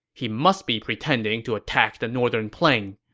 he must be pretending to attack the northern plain.